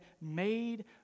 made